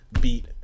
beat